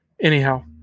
anyhow